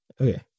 Okay